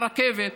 הרכבת,